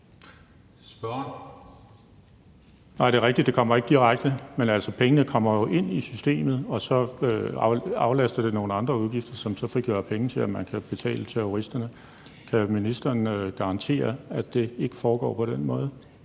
det er rigtigt, at det gør de ikke direkte, men pengene kommer jo ind i systemet og aflaster med hensyn til nogle andre udgifter, hvilket så frigør penge til, at man kan betale terroristerne. Kan ministeren garantere, at det ikke foregår på den måde?